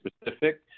specific